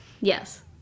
Yes